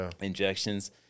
injections